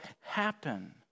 happen